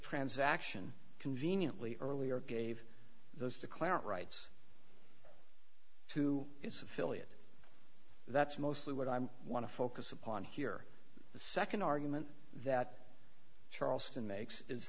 transaction conveniently earlier gave those declarant rights to its affiliate that's mostly what i'm want to focus upon here the second argument that charleston makes is